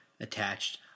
attached